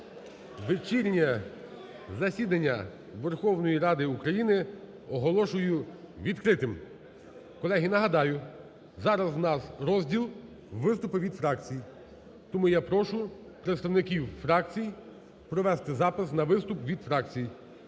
Вечірнє засідання Верховної Ради України оголошую відкритим. Колеги, нагадаю, зараз в нас розділ "Виступи від фракцій". Тому я прошу представників фракцій провести запис на виступ від фракцій.